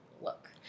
look